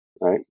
right